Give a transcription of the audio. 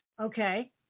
Okay